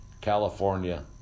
California